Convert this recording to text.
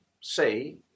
say